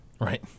right